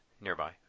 nearby